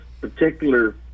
particular